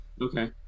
Okay